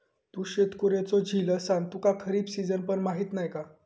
तू शेतकऱ्याचो झील असान तुका खरीप सिजन पण माहीत नाय हा